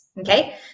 okay